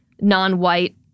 non-white